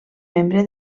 membre